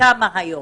וכמה היום?